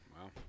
wow